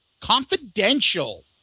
Confidential